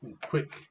quick